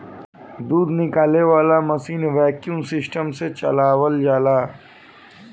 दूध निकाले वाला मशीन वैक्यूम सिस्टम से चलावल जाला